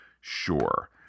Sure